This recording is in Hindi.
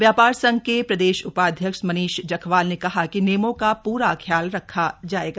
व्यापार संघ के प्रदेश उपाध्यक्ष मनीष जखवाल ने कहा कि नियमों का पूरा ख्याल रखा जाएगा